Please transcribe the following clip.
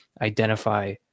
identify